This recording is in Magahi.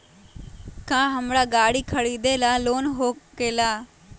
का हमरा गारी खरीदेला लोन होकेला?